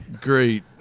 great